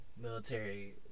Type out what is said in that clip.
Military